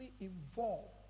involved